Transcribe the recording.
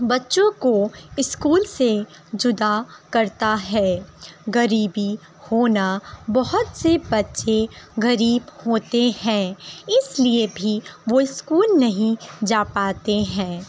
بچوں کو اسکول سے جدا کرتا ہے غریبی ہونا بہت سے بچے غریب ہوتے ہیں اس لیے بھی وہ اسکول نہیں جا پاتے ہیں